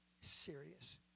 serious